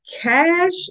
cash